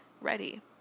ready